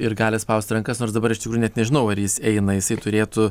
ir gali spausti rankas nors dabar iš tikrųjų net nežinau ar jis eina jisai turėtų